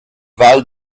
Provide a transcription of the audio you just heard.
val